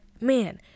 man